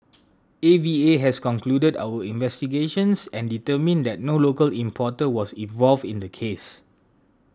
A V A has concluded our investigations and determined that no local importer was involved in the case